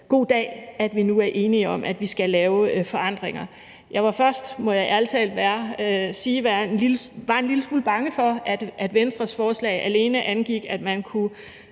god dag, fordi vi nu er enige om, at vi skal lave forandringer. Jeg var først, må jeg være ærlig og sige, en lille smule bange for, at Venstres forslag alene angik, at man kunne